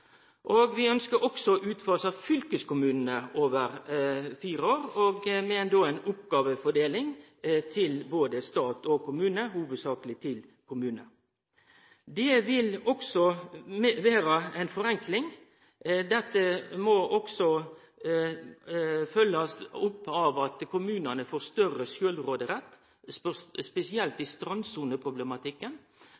Vi ønskjer også å utfase fylkeskommunane over fire år, med ei oppgåvefordeling til både stat og kommune, hovudsakleg til kommune. Det vil også vere ei forenkling. Dette må følgjast opp med at kommunane får større sjølvråderett, spesielt